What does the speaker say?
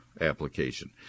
application